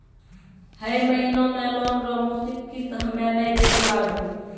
है महिना मे लोन रो मासिक किस्त हम्मे नै दैल पारबौं